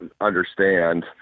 understand